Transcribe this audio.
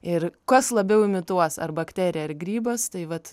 ir kas labiau imituos ar bakterija ar grybas tai vat